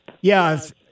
Yes